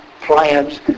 plans